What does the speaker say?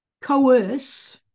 coerce